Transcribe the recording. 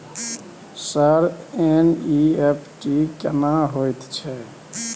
Sir NEFT केना होयत छै?